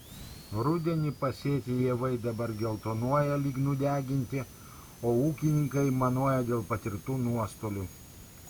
rudenį pasėti javai dabar geltonuoja lyg nudeginti o ūkininkai aimanuoja dėl patirtų nuostolių